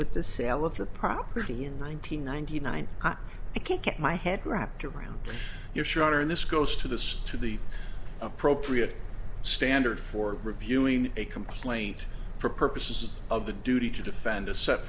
with the sale of the property in one nine hundred ninety nine i can't get my head wrapped around your sure in this goes to this to the appropriate standard for reviewing a complaint for purposes of the duty to defend a set